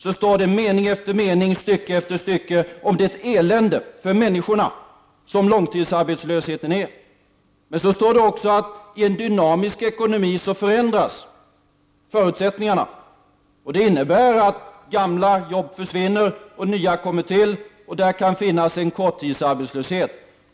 Sedan beskrivs i mening efter mening och stycke efter stycke det elände för människorna som långtidsarbetslösheten är. Men det framhålls också att i en dynamisk ekonomi förändras förutsättningarna, och det innebär att gamla jobb försvinner och nya kommer till, varvid det kan förekomma en korttidsarbetslöshet.